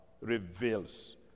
reveals